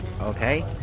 okay